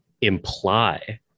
imply